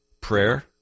prayer